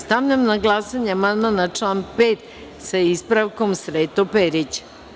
Stavljam na glasanje amandman na član 5, sa ispravkom, Srete Perića.